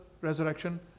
resurrection